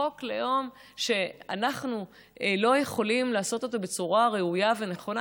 חוק לאום שאנחנו לא יכולים לעשות אותו בצורה ראויה ונכונה?